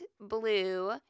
blue